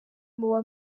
muba